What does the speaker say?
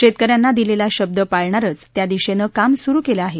शेतक यांना दिलेला शब्द पाळणारच त्या दिशेनं काम सुरु केलं आहे